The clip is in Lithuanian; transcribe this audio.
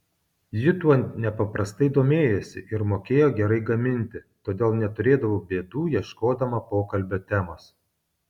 ji tuo nepaprastai domėjosi ir mokėjo gerai gaminti todėl neturėdavo bėdų ieškodama pokalbio temos